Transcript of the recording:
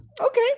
Okay